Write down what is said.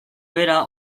bera